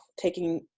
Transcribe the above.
taking